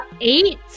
eight